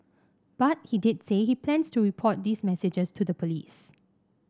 but he did say he plans to report these messages to the police